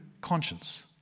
conscience